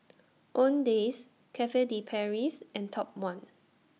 Owndays Cafe De Paris and Top one